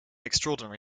extraordinary